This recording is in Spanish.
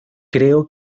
creo